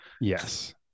yes